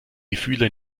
gefühle